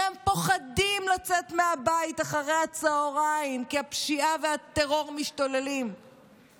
שהם פוחדים לצאת מהבית אחרי הצוהריים כי הפשיעה והטרור משתוללים,